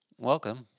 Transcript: Welcome